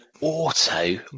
auto